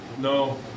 No